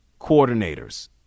coordinators